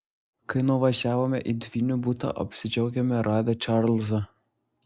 kai nuvažiavome į dvynių butą apsidžiaugėme radę čarlzą